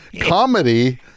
comedy